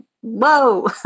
whoa